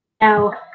now